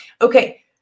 Okay